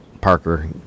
Parker